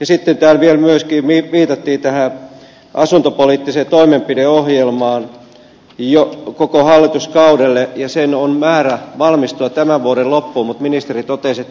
sitten täällä myöskin viitattiin asuntopoliittiseen toimenpideohjelmaan koko hallituskaudelle ja sen on määrä valmistua tämän vuoden loppuun mutta ministeri totesi että tuleeko se sitten ensi vuoden alkupuolella